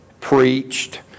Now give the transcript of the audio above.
preached